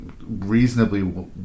reasonably